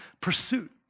pursuit